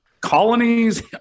colonies